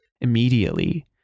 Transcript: immediately